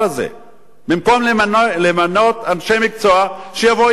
במקום למנות אנשי מקצועי שיבואו ויפתרו בעיות.